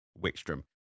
Wickstrom